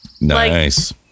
Nice